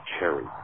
cherry